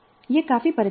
यह काफी परिचित है